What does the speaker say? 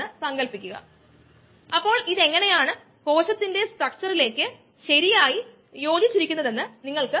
ഒരു ബോൾട്ട് നിർമ്മാണത്തിന് ആവശ്യമായ സമയം ഏകദേശം 5 സെക്കൻഡ് ആണെന്ന് നമുക്ക് പറയാം